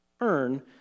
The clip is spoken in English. earn